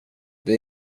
det